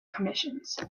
commissions